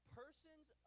person's